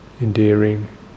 endearing